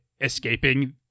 escaping